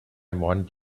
want